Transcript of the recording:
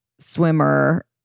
Swimmer